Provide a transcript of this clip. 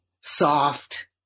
soft